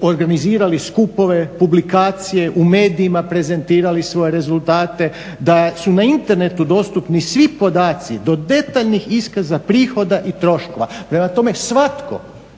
organizirali skupove, publikacije u medijima prezentirali svoje rezultate, da su na internetu dostupni svi podaci do detaljnih iskaza prihoda i troškova. Prema tome svatko